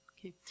Okay